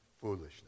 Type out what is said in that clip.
foolishness